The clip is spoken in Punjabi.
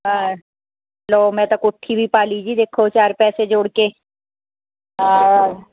ਹਾਂ ਲਓ ਮੈਂ ਤਾਂ ਕੋਠੀ ਵੀ ਪਾ ਲਈ ਜੀ ਦੇਖੋ ਚਾਰ ਪੈਸੇ ਜੋੜ ਕੇ ਹਾਂ